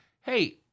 Hey